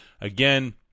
again